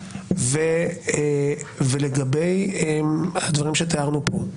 ולגבי הדברים שתיארנו פה.